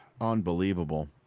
Unbelievable